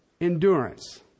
endurance